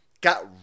got